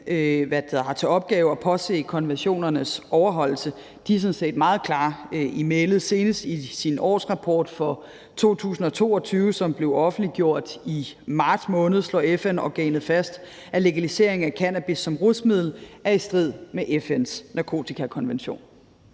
som har til opgave at påse konventionernes overholdelse, sådan set er meget klare i mælet. Senest i deres årsrapport for 2022, som blev offentliggjort i marts måned, slår FN-organet fast, at legalisering af cannabis som rusmiddel er i strid med FN's narkotikakonvention.